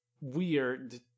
weird